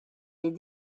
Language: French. les